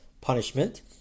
punishment